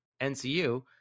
NCU